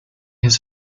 has